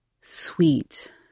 sweet